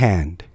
Hand